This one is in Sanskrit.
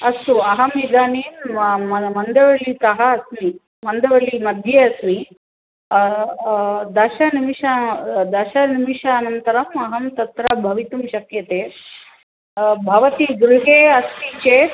अस्तु अहम् इदानीं मन् मन्दवल्लितः अस्मि मन्दवल्लि मध्ये अस्मि दशनिमेष दशनिमेषानन्तरम् अहं तत्र भवितुं शक्यते भवती गृहे अस्ति चेत्